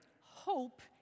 hope